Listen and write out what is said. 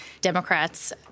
Democrats